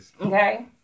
Okay